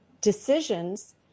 decisions